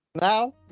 Now